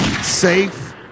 safe